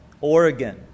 Oregon